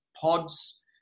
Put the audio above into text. pods